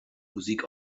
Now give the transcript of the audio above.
musik